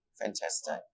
fantastic